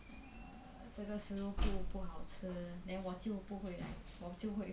err 这个食物不不好吃 then 我就不会 like 我就会